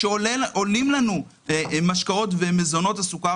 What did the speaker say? הם נתנו לנו סדרה שלמה של נימוקים,